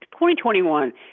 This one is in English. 2021